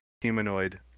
humanoid